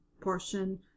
portion